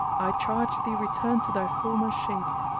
i charge thee return to thy former shape.